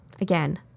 again